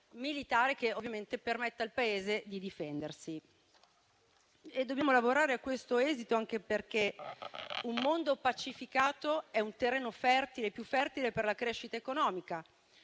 militare che ovviamente permetta al Paese di difendersi. Dobbiamo lavorare a questo esito anche perché un mondo pacificato è un terreno più fertile per la crescita economica.